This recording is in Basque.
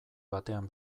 batean